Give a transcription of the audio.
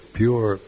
pure